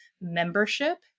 Membership